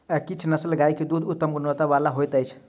किछ नस्लक गाय के दूध उत्तम गुणवत्ता बला होइत अछि